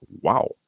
Wow